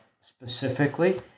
specifically